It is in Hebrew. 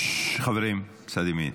ששש, חברים מצד ימין.